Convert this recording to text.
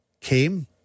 came